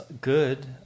good